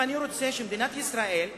אם אני רוצה שמדינת ישראל,